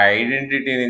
identity